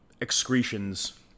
excretions